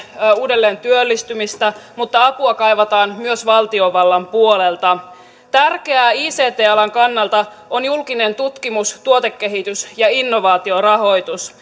uudelleentyöllistymistä mutta apua kaivataan myös valtiovallan puolelta tärkeää ict alan kannalta on julkinen tutkimus tuotekehitys ja innovaatiorahoitus